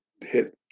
hit